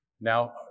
Now